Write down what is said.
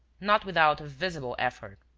not without a visible effort